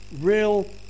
real